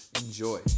enjoy